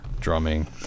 drumming